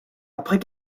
après